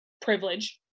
privilege